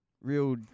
real